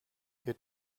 ihr